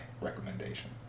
recommendation